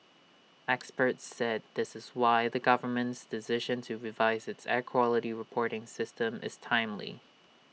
experts said this is why the government's decision to revise its air quality reporting system is timely